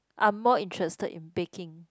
I'm more interested in baking